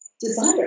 Desire